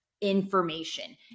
information